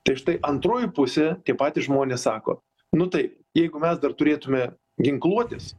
tai štai antroji pusė tie patys žmonės sako nu tai jeigu mes dar turėtume ginkluotis